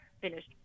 finished